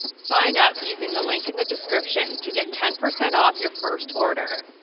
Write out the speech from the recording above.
sign up using the link in the description to get ten percent off your first order.